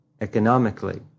economically